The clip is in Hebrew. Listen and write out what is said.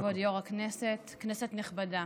כבוד יו"ר הישיבה, כנסת נכבדה,